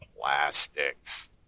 plastics